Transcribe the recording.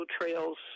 trails